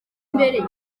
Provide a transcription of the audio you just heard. imbere